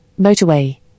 motorway